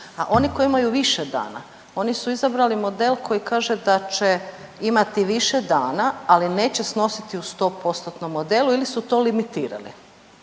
a oni koji imaju više dana, oni su izabrali model koji kaže da će imati više dana, ali neće snositi u 100%-tnom modelu ili su to limitirali,